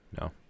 no